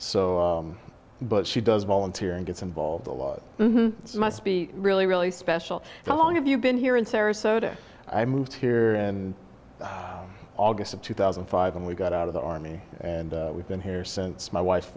so but she does volunteer and gets involved a lot of must be really really special how long have you been here in sarasota i moved here in august of two thousand and five when we got out of the army and we've been here since my wife